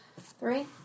Three